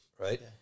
Right